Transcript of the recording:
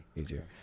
easier